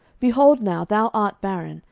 behold now, thou art barren,